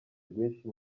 rwinshi